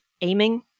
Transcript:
aiming